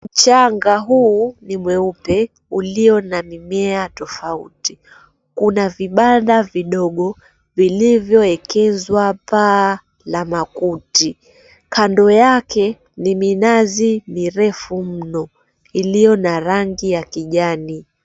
Mchanga huu ni mweupe, ulio na mimea tofauti. Kuna vibanda vidogo vilivyoekezwa, vyenye paa la makuti. Kando yake ni minazi mirefu mno, iliyo na rangi ya kijani.